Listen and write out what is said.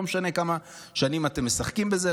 לא משנה כמה שנים אתם משחקים בזה,